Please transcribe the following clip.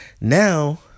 now